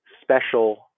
special